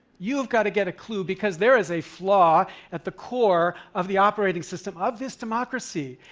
you have got to get a clue, because there is a flaw at the core of the operating system of this democracy,